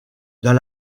dans